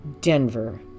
Denver